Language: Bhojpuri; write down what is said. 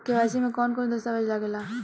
के.वाइ.सी में कवन कवन दस्तावेज लागे ला?